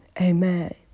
Amen